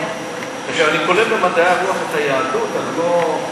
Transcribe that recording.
עכשיו, אני כולל במדעי הרוח את היהדות לא כתרבות.